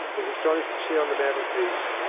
was astonished to see on the mantelpiece,